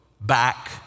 back